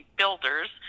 builders